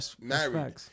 married